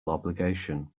obligation